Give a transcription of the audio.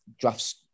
drafts